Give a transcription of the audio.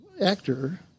actor